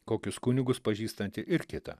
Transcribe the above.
kokius kunigus pažįstanti ir kita